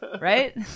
right